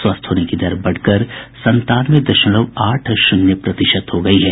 स्वस्थ होने की दर बढ़कर संतानवे दशमलव आठ शून्य प्रतिशत हो गई है